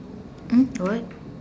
um what